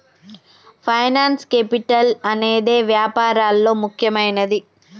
finance capital అనేదే వ్యాపారాల్లో ముఖ్యమైనది